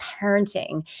parenting